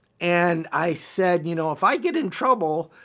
and i said, you know, if i get in trouble,